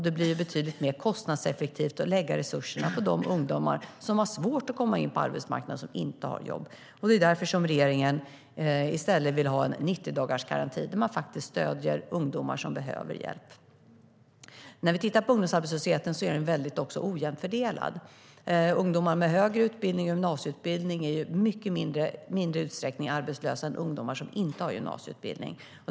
Det är betydligt mer kostnadseffektivt att lägga resurserna på de ungdomar som har svårt att komma in på arbetsmarknaden och som inte har jobb. Det är därför som regeringen i stället vill ha en 90-dagarsgaranti där man stöder ungdomar som behöver hjälp. Ungdomsarbetslösheten är också väldigt ojämnt fördelad. Ungdomar med högre utbildning eller gymnasieutbildning är ju i mycket mindre utsträckning arbetslösa än ungdomar som inte har gymnasieutbildning.